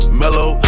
mellow